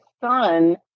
son